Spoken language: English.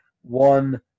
one